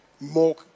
more